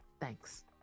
Thanks